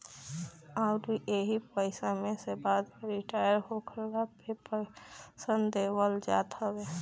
अउरी एही पईसा में से बाद में रिटायर होखला पे पेंशन देहल जात बाटे